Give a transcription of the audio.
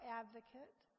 advocate